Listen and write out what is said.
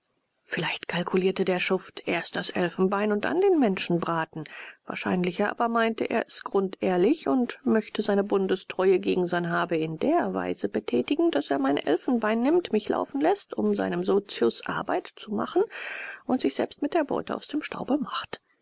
vielleicht kalkuliert der schuft erst das elfenbein und dann den menschenbraten wahrscheinlicher aber meint er es grundehrlich und möchte seine bundestreue gegen sanhabe in der weise betätigen daß er mein elfenbein nimmt mich laufen läßt um seinem sozius arbeit zu machen und sich selbst mit der beute aus dem staube macht